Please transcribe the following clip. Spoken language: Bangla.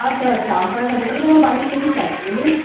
আচ্ছা আচ্ছা আম পাড়ার কাছে তাহলে তো আমার বাড়ির খুবই কাছে বলুন